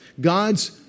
God's